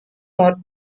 are